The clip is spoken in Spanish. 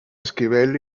esquivel